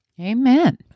Amen